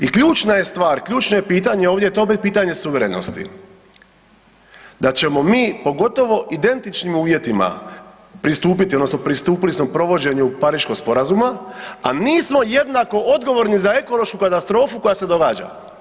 I ključna je stvar, ključno je pitanje, ovdje je to opet pitanje suverenosti da ćemo mi pogotovo identičnim uvjetima pristupiti odnosno pristupili smo provođenju Pariškog sporazuma a nismo jednako odgovorni za ekološku katastrofu koja se događa.